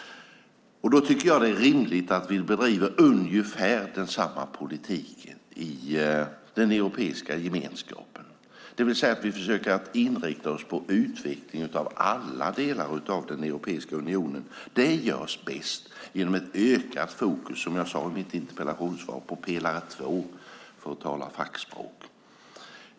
Då tycker jag att det är rimligt att vi bedriver ungefär samma politik i den europeiska gemenskapen, det vill säga att vi försöker inrikta oss på utveckling av alla delar av Europeiska unionen. Det görs bäst genom ett ökat fokus, som jag sade i mitt interpellationssvar, på pelare 2, för att tala fackspråk.